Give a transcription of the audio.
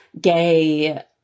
gay